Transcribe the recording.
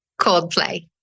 Coldplay